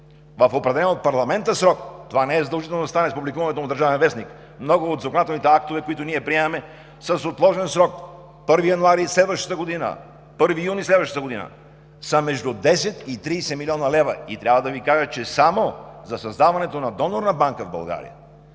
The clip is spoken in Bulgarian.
в определен от парламента срок – това не е задължително да стане с публикуването му в „Държавен вестник“, много от законодателните актове, които ние приемаме, са с отложен срок – 1 януари следващата година, 1 юни следващата година, са между 10 и 30 млн. лв. Трябва да Ви кажа, че само за създаването на донорна банка в България